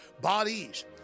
Bodies